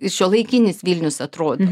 šiuolaikinis vilnius atrodo